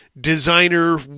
designer